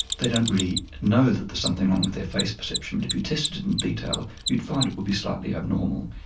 they don't really know that there's something wrong with their face perception. but if you tested it in detail you'd find it would be slightly abnormal.